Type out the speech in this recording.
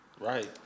Right